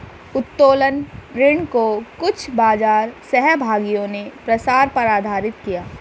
उत्तोलन ऋण को कुछ बाजार सहभागियों ने प्रसार पर आधारित किया